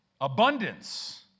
Abundance